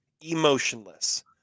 emotionless